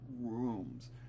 rooms